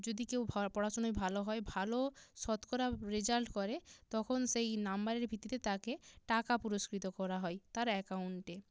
যদি কেউ ভ পড়াশুনায় ভালো হয় ভালো শতকরা রেজাল্ট করে তখন সেই নাম্বারের ভিত্তিতে তাকে টাকা পুরস্কৃত করা হয় তার অ্যাকাউন্টে